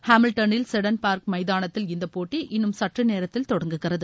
ஹாமில்டன்னில் Seddon Park மைதானத்தில் இந்த போட்டி இன்னும் சற்றுநேரத்தில் தொடங்குகிறது